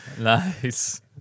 Nice